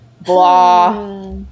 Blah